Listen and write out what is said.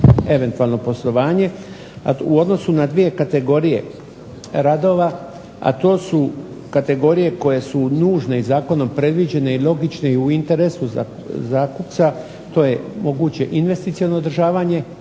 eventualno poslovanje u odnosu na dvije kategorije radova, a to su kategorije koje su nužne i zakonom predviđene i logične i u interesu zakupca. To je moguće investiciono održavanje.